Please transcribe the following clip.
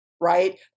right